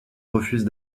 refuse